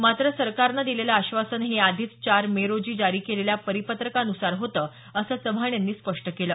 मात्र सरकारनं दिलेलं आश्वासन हे याआधीच चार मे रोजी जारी केलेल्या परिपत्रकानुसार होतं असं चव्हाण यांनी स्पष्ट केलं